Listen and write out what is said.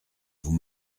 vous